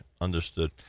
understood